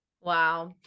wow